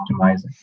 optimizing